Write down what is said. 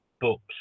books